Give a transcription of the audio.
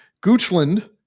Goochland